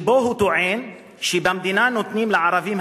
שבו הוא טוען שבמדינה נותנים לערבים